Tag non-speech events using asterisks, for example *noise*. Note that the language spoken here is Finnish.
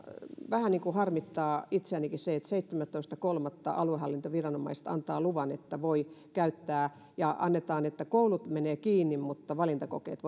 vähän harmittaa itseänikin se että seitsemästoista kolmatta aluehallintoviranomaiset antavat luvan että voi käyttää ja annetaan määräys että koulut menevät kiinni mutta valintakokeet *unintelligible*